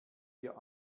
dir